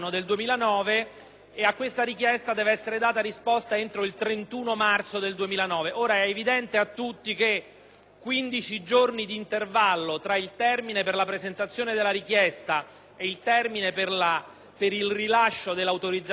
15 giorni di intervallo tra il termine per la presentazione della richiesta e il termine per il rilascio dell'autorizzazione in proroga costituiscono un intervallo del tutto incompatibile con qualsiasi possibilità di valutare nel merito